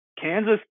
Kansas